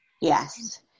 Yes